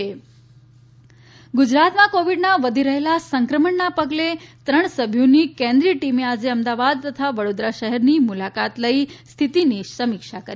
કેન્દ્રિય ટીમ ગુજરાતમાં કોવિડના વધી રહેલા સંક્રમણના પગલે ત્રણ સભ્યોની કેન્દ્રિય ટીમે આજે અમદાવાદ તથા વડોદરા શહેરની મુલાકાત લઇ સ્થિતિની સમીક્ષા કરી